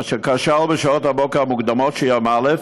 אשר כשל בשעות הבוקר המוקדמות של יום א',